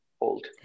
old